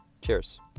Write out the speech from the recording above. Cheers